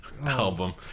album